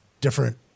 different